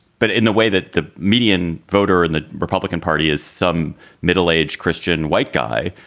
but in the way that the median voter in the republican party is some middle aged christian white guy,